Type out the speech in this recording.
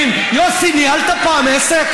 אי-אפשר.